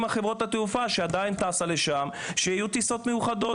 חברות התעופה שעדיין טסות לשם שיהיו טיסות מיוחדות,